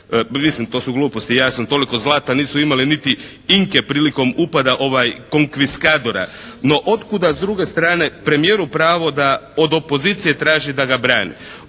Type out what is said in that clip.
Mislim, to su gluposti jasno. Toliko zlata nisu imale niti Inke prilikom upada konkvistadora. No od kuda s druge strane premijeru pravo da od opozicije traži da ga brani.